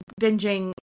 binging